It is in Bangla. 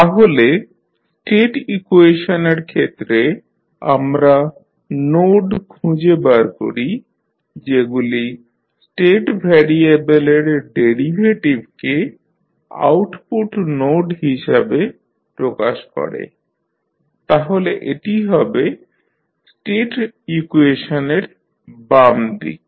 তাহলে স্টেট ইকুয়েশনের ক্ষেত্রে আমরা নোড খুঁজে বার করি যেগুলি স্টেট ভ্যারিয়েবলের ডেরিভেটিভকে আউটপুট নোড হিসাবে প্রকাশ করে তাহলে এটি হবে স্টেট ইকুয়েশনের বাম দিক